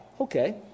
Okay